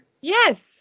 Yes